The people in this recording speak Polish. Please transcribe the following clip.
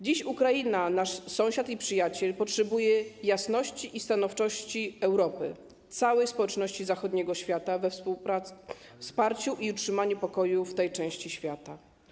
Dziś Ukraina, nasz sąsiad i przyjaciel, potrzebuje jasności i stanowczości Europy, całej społeczności zachodniego świata we wsparciu i utrzymaniu pokoju w tej części świata.